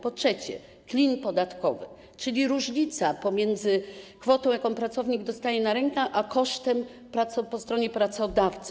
Po trzecie, klin podatkowy, czyli różnica pomiędzy kwotą, jaką pracownik dostaje na rękę, a kosztem po stronie pracodawcy.